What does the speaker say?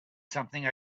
something